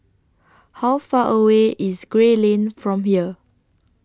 How Far away IS Gray Lane from here